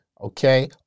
Okay